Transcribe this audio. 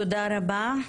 תודה רבה.